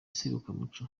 serukiramuco